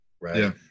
right